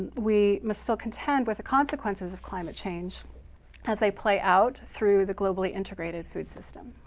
we must still contend with the consequences of climate change as they play out through the globally integrated food system.